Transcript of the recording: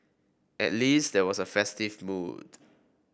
at least there was a festive mood